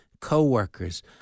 co-workers